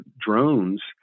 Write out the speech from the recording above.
drones